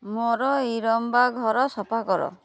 ମୋର ଇରମ୍ବା ଘର ସଫା କର